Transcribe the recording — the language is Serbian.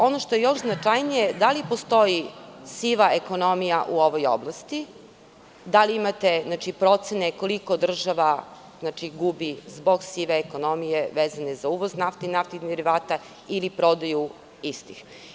Ono što je još značajnije, da li postoji siva ekonomija u ovoj oblasti, da li imate procene koliko država gubi zbog sive ekonomije vezane za uvoz nafte i naftnih derivata ili prodaju istih?